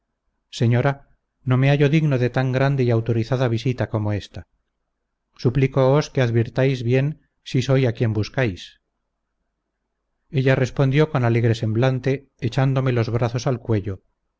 señora no me hallo digno de tan grande y autorizada visita como esta suplícoos que advirtáis bien si soy a quien buscáis ella respondió con alegre semblante echándome los brazos al cuello